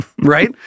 Right